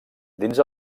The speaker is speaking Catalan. dins